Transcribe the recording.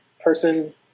person